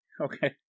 Okay